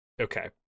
Okay